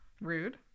Rude